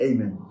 Amen